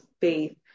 faith